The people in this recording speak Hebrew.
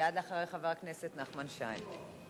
מייד אחרי חבר הכנסת נחמן שי.